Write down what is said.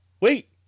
wait